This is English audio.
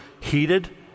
heated